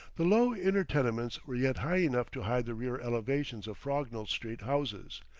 the low inner tenements were yet high enough to hide the rear elevations of frognall street houses,